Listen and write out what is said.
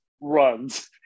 runs